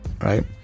Right